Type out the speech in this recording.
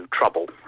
trouble